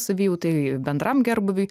savijautai bendram gerbūviui